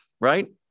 right